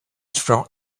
from